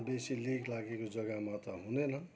बेसी लेक लागेको जग्गामा त हुँदैन